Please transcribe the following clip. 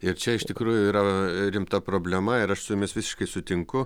ir čia iš tikrųjų yra rimta problema ir aš su jumis visiškai sutinku